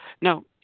No